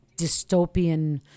dystopian